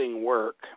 work